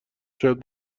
شاید